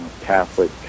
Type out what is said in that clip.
Catholic